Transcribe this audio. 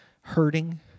hurting